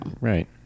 Right